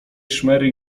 szmery